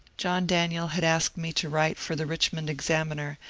john daniel had asked me to write for the richmond examiner,